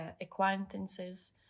acquaintances